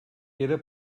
era